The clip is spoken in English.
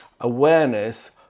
awareness